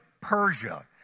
Persia